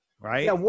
Right